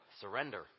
surrender